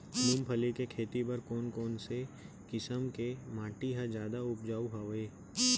मूंगफली के खेती बर कोन कोन किसम के माटी ह जादा उपजाऊ हवये?